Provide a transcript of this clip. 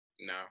No